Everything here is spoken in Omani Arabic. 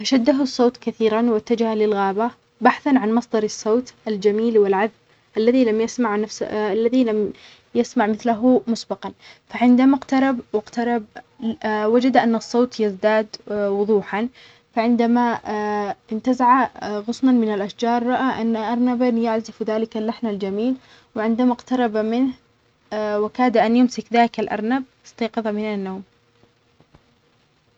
ذات ليلة، سمع موسيقار لحنًا غامضًا يأتي من الغابة. كان الصوت عذبًا لدرجة أنه شعر وكأن قلبه يهتز معه. قرر أن يتبع اللحن، فدخل الغابة وسط الظلام. وكلما اقترب، زادت روعة الموسيقى. وفي عمق الغابة، اكتشف مصدر اللحن: روح موسيقية قديمة كانت بحاجة إلى مساعدة لإكمال لحنها.